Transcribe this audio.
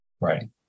Right